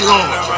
Lord